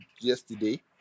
yesterday